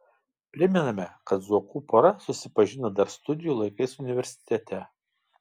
primename kad zuokų pora susipažino dar studijų laikais universitete